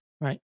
right